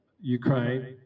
Ukraine